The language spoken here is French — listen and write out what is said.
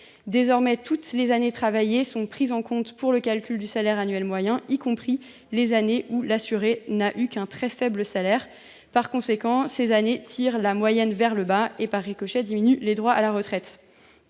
Désormais, toutes les années travaillées sont prises en compte pour le calcul du salaire annuel moyen, y compris les années de très faible salaire, lesquelles tirent la moyenne vers le bas et, par ricochet, diminuent les droits à la retraite.